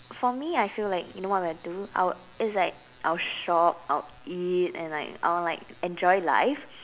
for me I feel like you know what will I do I will it's like I'll shop I'll eat and like I'll like enjoy life